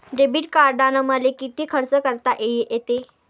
Debit कार्डानं मले किती खर्च करता येते?